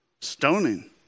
Stoning